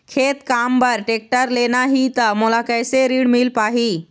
खेती काम बर टेक्टर लेना ही त मोला कैसे ऋण मिल पाही?